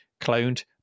cloned